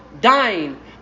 dying